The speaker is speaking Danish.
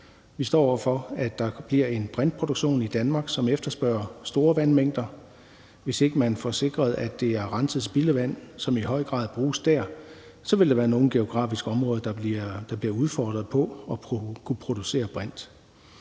Vi står over for, at der bliver en brintproduktion i Danmark, som efterspørger store vandmængder. Hvis ikke man får sikret, at det er renset spildevand, som i høj grad bruges dér, vil der være nogle geografiske områder, som bliver udfordret på at kunne producere brint.